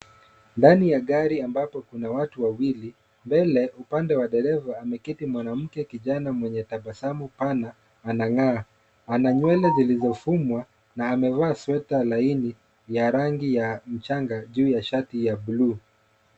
Ndani ya gari ambapo kuna watu wawili, mbele upande wa dereva ameketi mwanamke kijana mwenye tabasamu pana anang'aa. Ana nywele zilizofumwa na amevaa sweta laini ya rangi ya mchanga juu ya shati ya buluu.